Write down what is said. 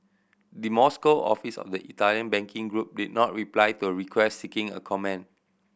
the Moscow office of the Italian banking group did not reply to a request seeking a comment